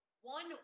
one